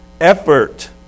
effort